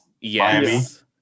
yes